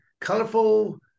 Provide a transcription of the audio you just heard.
colorful